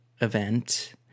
event